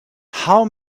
how